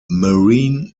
marine